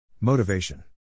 Motivation